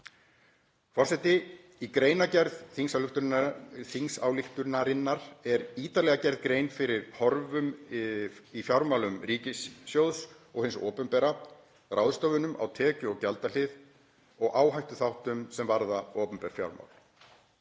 Forseti. Í greinargerð þingsályktunarinnar er ítarlega gerð grein fyrir horfum í fjármálum ríkissjóðs og hins opinbera, ráðstöfunum á tekju- og gjaldahlið og áhættuþáttum sem varða opinber fjármál.